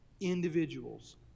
individuals